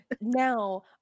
Now